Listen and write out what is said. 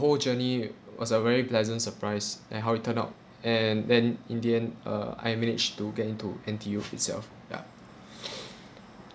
whole journey was a very pleasant surprise and how it turn out and then in the end uh I managed to get into N_T_U itself ya